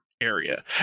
area